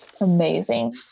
amazing